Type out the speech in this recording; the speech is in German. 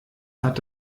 hat